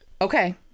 Okay